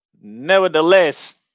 Nevertheless